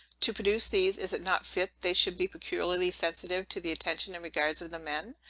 to produce these, is it not fit they should be peculiarly sensible to the attention and regards of the men?